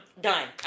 done